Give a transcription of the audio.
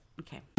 okay